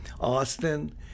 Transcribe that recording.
Austin